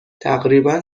تقریبا